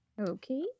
Okay